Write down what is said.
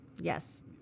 Yes